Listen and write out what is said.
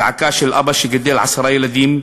זעקה של אבא שגידל עשרה ילדים,